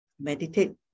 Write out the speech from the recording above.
meditate